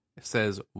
says